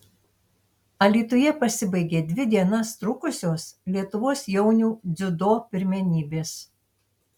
alytuje pasibaigė dvi dienas trukusios lietuvos jaunių dziudo pirmenybės